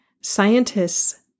scientists